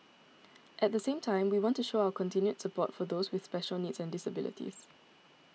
at the same time we want to show our continued support for those with special needs and disabilities